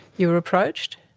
you were approached,